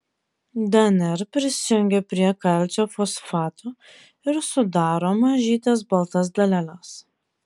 dnr prisijungia prie kalcio fosfato ir sudaro mažytes baltas daleles